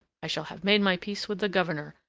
i shall have made my peace with the governor.